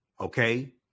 okay